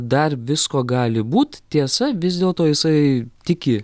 dar visko gali būt tiesa vis dėlto jisai tiki